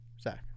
Zach